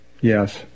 Yes